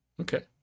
Okay